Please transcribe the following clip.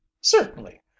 Certainly